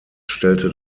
stellte